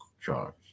charge